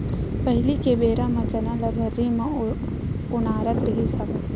पहिली के बेरा म चना ल भर्री म ओनारत रिहिस हवय